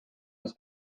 was